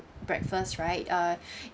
breakfast right uh